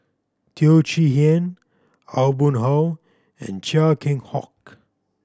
Teo Chee Hean Aw Boon Haw and Chia Keng Hock